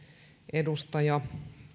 edustaja